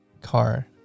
car